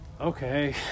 Okay